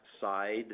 side